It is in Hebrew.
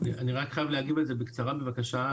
אני חייב להגיב על זה בקצרה בבקשה.